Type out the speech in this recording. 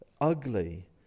ugly